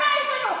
תמשיכי עם השנאה.